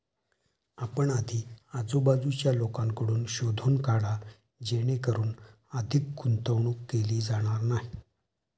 आपण आधी आजूबाजूच्या लोकांकडून शोधून काढा जेणेकरून अधिक गुंतवणूक केली जाणार नाही